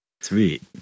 Sweet